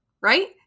right